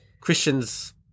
Christians